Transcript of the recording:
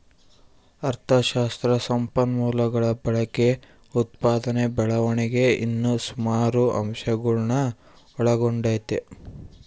ಅಥಶಾಸ್ತ್ರ ಸಂಪನ್ಮೂಲಗುಳ ಬಳಕೆ, ಉತ್ಪಾದನೆ ಬೆಳವಣಿಗೆ ಇನ್ನ ಸುಮಾರು ಅಂಶಗುಳ್ನ ಒಳಗೊಂಡತೆ